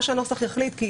מה שהנוסח יחליט .